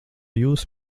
jūs